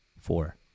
four